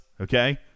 Okay